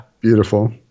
Beautiful